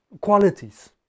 qualities